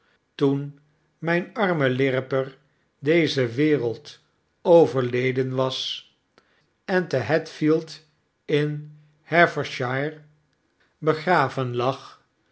toen myn arme lirriper dezer wereld overleden was en tehat field in hertfordshire begraven lag